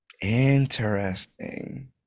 Interesting